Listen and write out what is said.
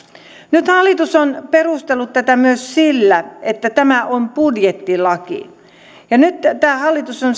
nyt hallitus on perustellut tätä myös sillä että tämä on budjettilaki ja nyt tämä hallitus on